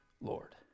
Lord